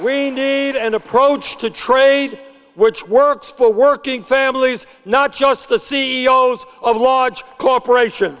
need an approach to trade which works for working families not just the c e o s of large corporations